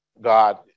God